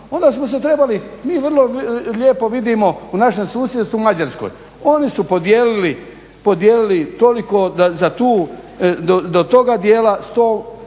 onda smo se trebali mi vrlo lijepo vidimo u našem susjedstvu u Mađarskoj. Oni su podijelili toliko za tu, do toga dijela sto